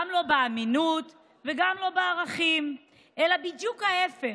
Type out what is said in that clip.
גם לא באמינות וגם לא בערכים, אלא בדיוק ההפך,